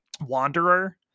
Wanderer